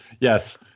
Yes